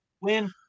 Win